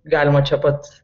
galima čia pats